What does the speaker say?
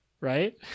right